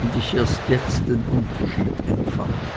und ich erst jetzt den unterschied empfand